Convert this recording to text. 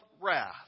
wrath